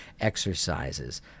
exercises